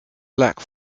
black